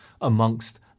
amongst